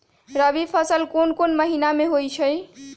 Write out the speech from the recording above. रबी फसल कोंन कोंन महिना में होइ छइ?